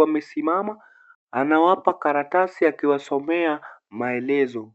wamesimama, anawapa karatasi akiwasomea maelezo.